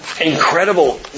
incredible